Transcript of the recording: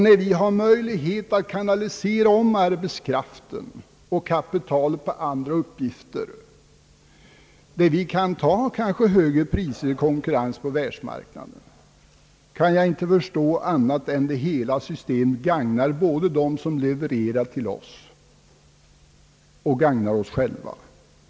När vi har möjlighet att kanalisera om arbetskraften och kapitalet till andra uppgifter, där vi kanske kan ta högre priser i konkurrens på världsmarknaden, kan jag inte förstå annat än att systemet gagnar både oss själva och dem som levererar till oss.